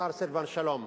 השר סילבן שלום.